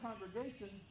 congregations